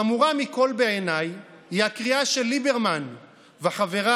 חמורה מכול בעיניי היא הקריאה של ליברמן וחבריו